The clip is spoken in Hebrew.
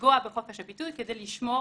לפגוע בחופש הביטוי כדי לשמור